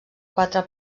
quatre